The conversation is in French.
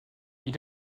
est